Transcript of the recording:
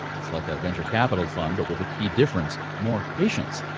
it's like a venture capital fund but with a key difference more patience.